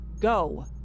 Go